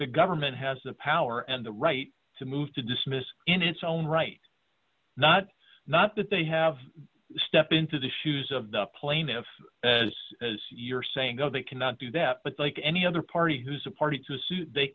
the government has the power and the right to move to dismiss in its own right not not that they have stepped into the shoes of the plaintiff as you're saying go they cannot do that but like any other party who's a party to sue they